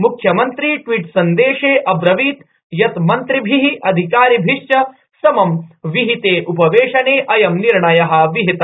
मुख्यमंत्री ट्वीट सन्देशे अब्रवीत यत मन्त्रिभि अधिकारिभिश्च समं विहिते उपवेशने अयं निर्णय कृत